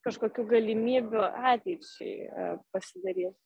kažkokių galimybių ateičiai ir pasidarys